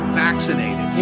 vaccinated